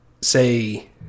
say